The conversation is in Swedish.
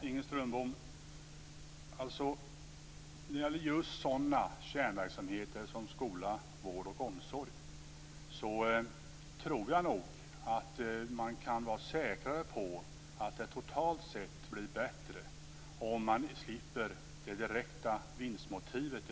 Fru talman! När det gäller kärnverksamheter som skola, vård och omsorg kan man vara säkrare på att det blir bättre totalt sett om man slipper ett direkt vinstmotiv.